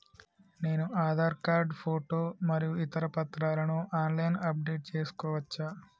నేను Aadhaar card photo మరియు ఇతర పత్రాలను ఆన్ లైన్ అప్ డెట్ చేసుకోవచ్చా?